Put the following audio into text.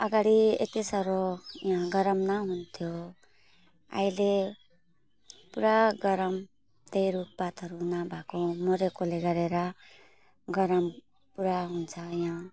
अगाडि यत्ति साह्रो यहाँ गरम न हुन्थ्यो अहिले पुरा गरम त्यही रुखपातहरू नभएको मरेकोले गरेर गरम पुरा हुन्छ यहाँ